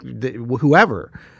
whoever